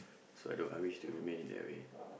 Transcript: so I don't I wish to remain in that way